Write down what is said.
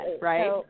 right